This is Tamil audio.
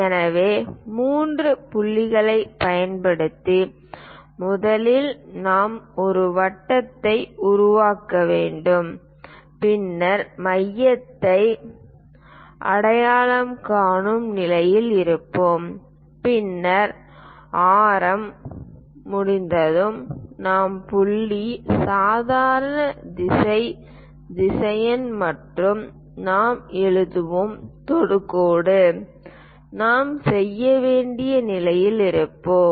எனவே மூன்று புள்ளிகளைப் பயன்படுத்தி முதலில் நாம் ஒரு வட்டத்தை உருவாக்க வேண்டும் பின்னர் மையத்தை அடையாளம் காணும் நிலையில் இருப்போம் பின்னர் ஆரம் முடிந்ததும் நாம் புள்ளி சாதாரண திசை திசையன் மற்றும் நாம் எழுதுவோம் தொடுகோடு நாம் செய்ய வேண்டிய நிலையில் இருப்போம்